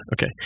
Okay